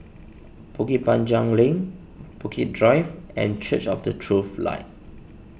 Bukit Panjang Link Bukit Drive and Church of the Truth Light